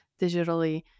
digitally